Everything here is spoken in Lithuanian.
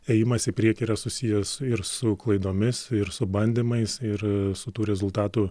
ėjimas į priekį yra susijęs ir su klaidomis ir su bandymais ir su tų rezultatų